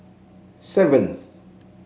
seventh